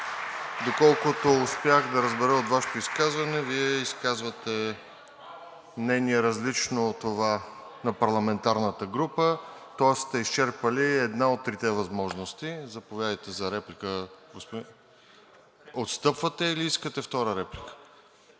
Доколкото успях да разбера от Вашето изказване, Вие изказвате мнение, различно от това на парламентарната група. Тоест сте изчерпали една от трите възможности. Заповядайте за реплика. (Реплики от народните